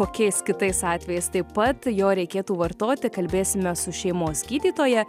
kokiais kitais atvejais taip pat jo reikėtų vartoti kalbėsime su šeimos gydytoja